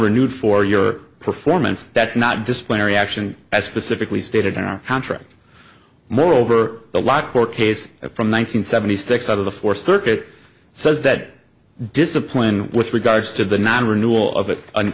renewed for your performance that's not disciplinary action as specifically stated in our contract moreover the law court case from one nine hundred seventy six out of the fourth circuit says that discipline with regards to the non renewal of it on